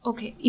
Okay